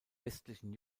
westlichen